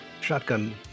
Shotgun